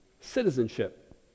citizenship